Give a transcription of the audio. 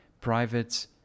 private